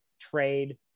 trade